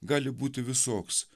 gali būti visoks